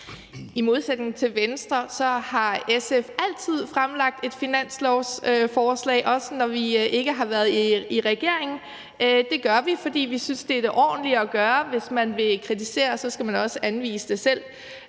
I modsætning til Venstre har SF altid fremlagt et finanslovsforslag, også når vi ikke har været i regering. Det gør vi, fordi vi synes, det er det ordentlige at gøre. Hvis man vil kritisere, skal man også anvise